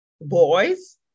boys